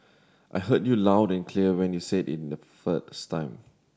I heard you loud and clear when you said it in the first time